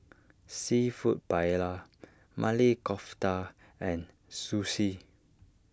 Seafood Paella Maili Kofta and Sushi